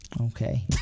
Okay